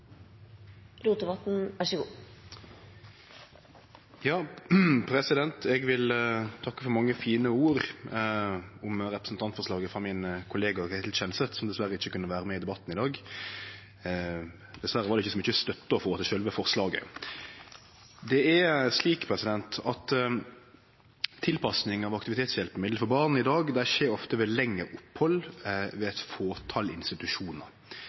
Eg vil takke for mange fine ord om representantforslaget frå min kollega Ketil Kjenseth, som dessverre ikkje kunne vere med i debatten i dag. Dessverre var det ikkje så mykje støtte å få til sjølve forslaget. Det er slik at tilpassing av aktivitetshjelpemiddel for barn i dag ofte skjer ved lengre opphald ved eit fåtal institusjonar.